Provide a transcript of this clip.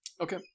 Okay